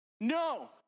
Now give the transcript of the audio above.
No